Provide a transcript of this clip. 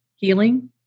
Healing